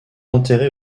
enterré